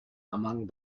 among